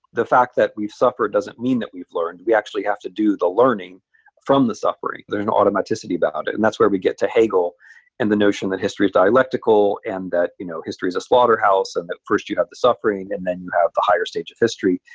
the fact that we've suffered doesn't mean that we've learned. we actually have to do learning from the suffering. there's an automaticity about it. and that's where we get to hegel and the notion that history is dialectical, and that you know history is a slaughterhouse, and that first you have the suffering, and then you have the higher stage of history.